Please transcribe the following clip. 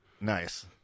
Nice